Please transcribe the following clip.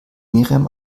miriam